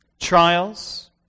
trials